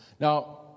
Now